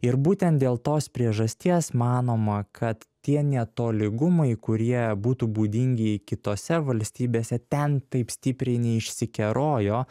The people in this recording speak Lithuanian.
ir būtent dėl tos priežasties manoma kad tie netolygumai kurie būtų būdingi kitose valstybėse ten taip stipriai neišsikerojo